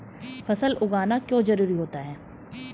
फसल उगाना क्यों जरूरी होता है?